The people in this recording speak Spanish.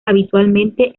habitualmente